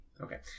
Okay